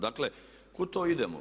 Dakle, kuda to idemo?